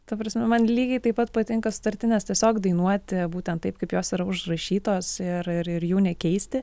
ta prasme man lygiai taip pat patinka sutartines tiesiog dainuoti būtent taip kaip jos yra užrašytos ir ir ir jų nekeisti